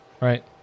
Right